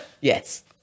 Yes